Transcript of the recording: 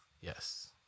Yes